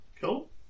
Cool